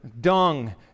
dung